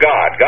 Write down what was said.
God